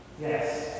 Yes